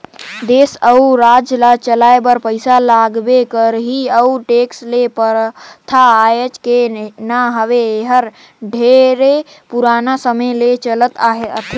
देस अउ राज ल चलाए बर पइसा लगबे करही अउ टेक्स के परथा आयज के न हवे एहर ढेरे पुराना समे ले चलत आथे